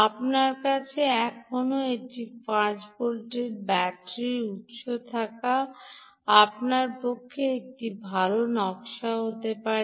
আপনার কাছে এখনও একটি 12 ভোল্টের ব্যাটারি উত্স থাকা আপনার পক্ষে একটি ভাল নকশা হতে পারে